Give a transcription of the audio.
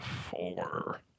four